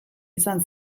izan